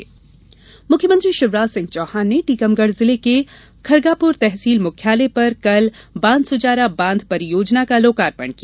लोकार्पण मुख्यमंत्री शिवराज सिंह चौहान ने टीकमगढ़ जिले के खरगापुर तहसील मुख्यालय पर कल बानसुजारा बाँध परियोजना का लोकार्पण किया